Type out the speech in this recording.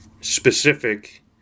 specific